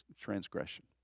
transgression